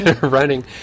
running